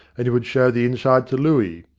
and he would show the inside to looey,